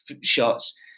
shots